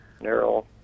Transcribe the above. narrow